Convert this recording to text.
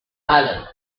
allen